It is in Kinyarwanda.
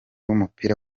w’umupira